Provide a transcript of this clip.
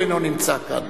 והוא אינו נמצא כאן.